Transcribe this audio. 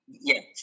Yes